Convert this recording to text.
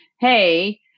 hey